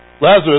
Lazarus